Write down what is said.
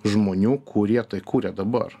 žmonių kurie kuria dabar